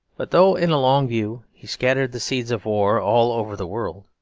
but though, in a long view, he scattered the seeds of war all over the world,